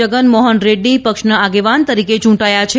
જગન મોહન રેડ્રીને પક્ષના આગેવાન તરીકે ચૂંટાયા છે